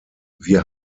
wir